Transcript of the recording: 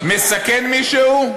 מסכן מישהו?